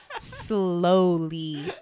slowly